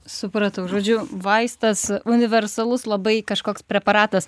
supratau žodžiu vaistas universalus labai kažkoks preparatas